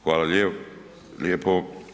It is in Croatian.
Hvala lijepo.